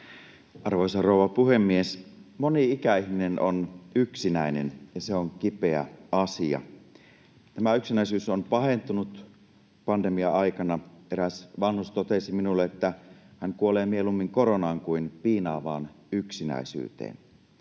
Arvoisa rouva puhemies! Moni ikäihminen on yksinäinen, ja se on kipeä asia. Tämä yksinäisyys on pahentunut pandemia-aikana. Eräs vanhus totesi minulle, että hän kuolee mieluummin koronaan kuin piinaavaan yksinäisyyteen.